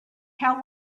how